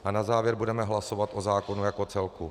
A na závěr budeme hlasovat o zákonu jako celku.